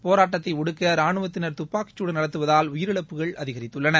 போராட்டத்தை ஒடுக்க ராணுவத்தினர் துப்பாக்கிச்சூடு நடத்துவதால் உயிரிழப்புகள் அதிகரித்துள்ளன